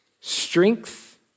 Strength